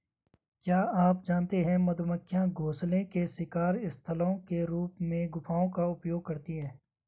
क्या आप जानते है मधुमक्खियां घोंसले के शिकार स्थलों के रूप में गुफाओं का उपयोग करती है?